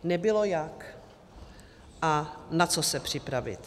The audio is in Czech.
Nebylo jak a na co se připravit.